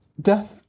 Death